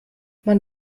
man